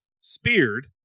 speared